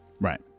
Right